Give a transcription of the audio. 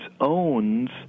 owns